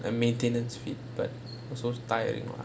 and maintenance fit but so tiring lah